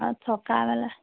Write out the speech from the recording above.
অঁ থকা মেলা